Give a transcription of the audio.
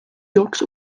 yolks